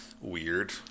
weird